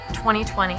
2020